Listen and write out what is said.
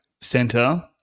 center